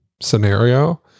scenario